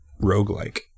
roguelike